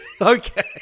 Okay